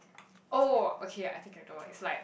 oh okay I think I know what it's like